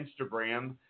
Instagram